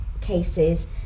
cases